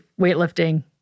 weightlifting